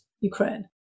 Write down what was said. Ukraine